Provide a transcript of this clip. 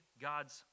God's